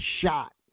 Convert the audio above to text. shot